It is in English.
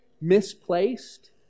misplaced